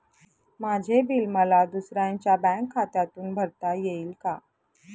माझे बिल मला दुसऱ्यांच्या बँक खात्यातून भरता येईल का?